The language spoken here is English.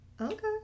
Okay